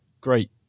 Great